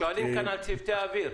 שואלים כאן על צוותי האוויר.